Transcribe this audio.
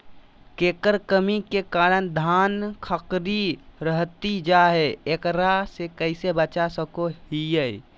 केकर कमी के कारण धान खखड़ी रहतई जा है, एकरा से कैसे बचा सको हियय?